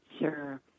Sure